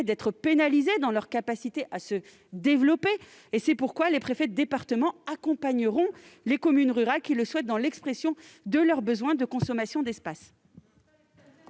être pénalisés dans leur capacité à se développer. C'est pourquoi les préfets de département accompagneront les communes rurales qui le souhaitent dans l'expression de leur besoin de consommation d'espace.